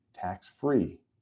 tax-free